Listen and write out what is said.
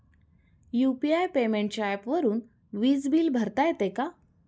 UPI पेमेंटच्या ऍपवरुन वीज बिल भरता येते का?